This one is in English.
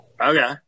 Okay